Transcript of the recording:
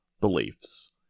beliefs